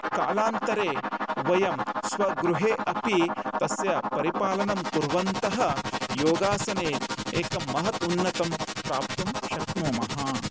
कालान्तरे वयं स्वगृहे अपि तस्य परिपालनं कुर्वन्तः योगासने एकं महदुन्नतं प्राप्तुं शक्नुमः